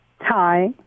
Hi